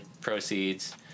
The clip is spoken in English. proceeds